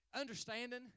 understanding